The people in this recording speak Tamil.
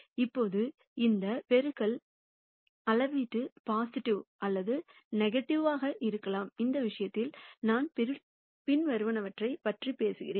இப்போது இந்த பெருக்கல் அளவீட்டு பாசிட்டிவ் அல்லது நெகட்டீவ்வாக இருக்கலாம் இந்த விஷயத்தில் நாம் பின்வருவனவற்றைப் பற்றி பேசுகிறோம்